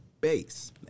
base